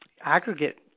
Aggregate